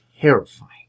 terrifying